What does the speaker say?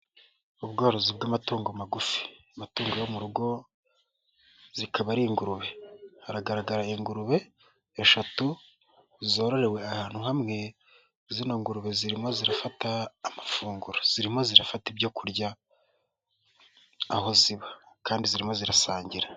Ubworozi bw'amatungo magufi, amatungo yo mu rugo, zikaba ari ingurube, haragaragara ingurube eshatu zororewe ahantu hamwe, zinogurube zirimo zirafata amafunguro, zirimo zirafata ibyo kurya aho ziba kandi zirimo zirasangira.